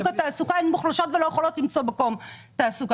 התעסוקה היא מוחלשת ולא יכולה למצוא מקום תעסוקה.